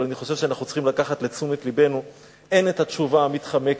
אבל אני חושב שאנחנו צריכים לקחת לתשומת לבנו הן את התשובה המתחמקת,